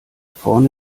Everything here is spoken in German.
vorne